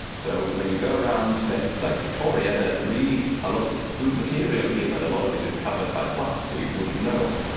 so when you go around places like victoria there's a lot of good material here but a lot of it is covered by plants so you wouldn't know.